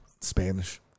Spanish